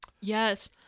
Yes